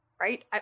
right